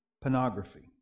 pornography